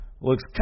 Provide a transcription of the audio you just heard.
looks